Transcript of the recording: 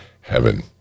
heaven